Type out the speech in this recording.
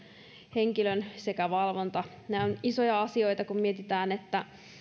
henkilön valmiudet sekä valvonta nämä ovat isoja asioita kun mietitään että